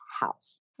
house